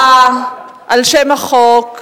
אנחנו נעבור להצבעה על שם החוק.